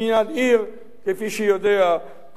כפי שיודע כל העוסק בכך,